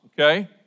okay